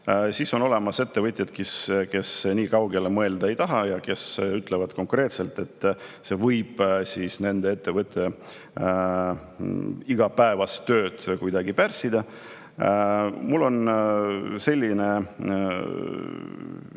Siis on olemas ettevõtjaid, kes nii kaugele mõelda ei taha ja ütlevad konkreetselt, et see võib nende ettevõtte igapäevast tööd kuidagi pärssida. Mul on selline